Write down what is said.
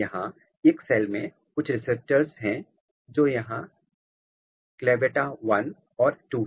यहाँ एक सेल में कुछ रिसेप्टर्स हैं जो यहाँ CLAVATA 1 और 2 हैं